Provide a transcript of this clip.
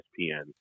ESPN